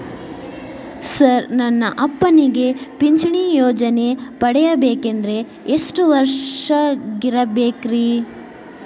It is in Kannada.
ಸರ್ ನನ್ನ ಅಪ್ಪನಿಗೆ ಪಿಂಚಿಣಿ ಯೋಜನೆ ಪಡೆಯಬೇಕಂದ್ರೆ ಎಷ್ಟು ವರ್ಷಾಗಿರಬೇಕ್ರಿ?